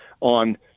on